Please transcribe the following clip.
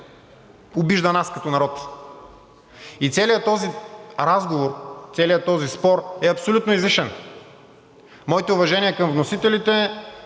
обижда нас като народ. Целият този разговор, целият този спор е абсолютно излишен. Моите уважения към вносителите,